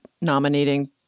nominating